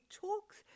talks